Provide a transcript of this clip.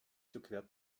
durchquert